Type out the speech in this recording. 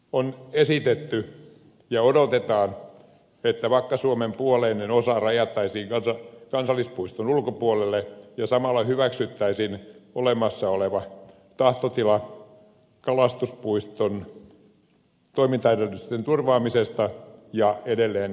on esitetty ja odotetaan että vakka suomen puoleinen osa rajattaisiin kansallispuiston ulkopuolelle ja samalla hyväksyttäisiin olemassa oleva tahtotila kalastuspuiston toimintaedellytysten turvaamisesta ja edelleen kehittämisestä